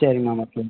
சரி ma'am okay